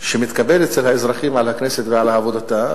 שמתקבל אצל האזרחים על הכנסת ועל עבודתה,